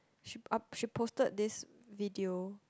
she up she posted this video